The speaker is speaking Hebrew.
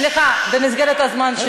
סליחה, במסגרת הזמן שלי.